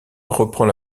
reprend